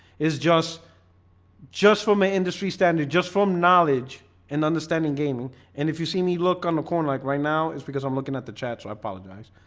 it's just just for my industry standard just from knowledge and understanding gaming and if you see me look on the corner like right now, it's because i'm looking at the chat so i apologize,